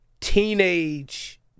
teenage